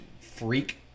freak